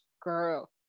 girl